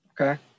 Okay